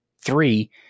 Three